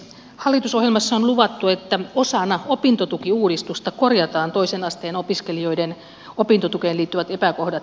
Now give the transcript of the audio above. hallitusohjelmassa on luvattu että osana opintotukiuudistusta korjataan toisen asteen opiskelijoiden opintotukeen liittyvät epäkohdat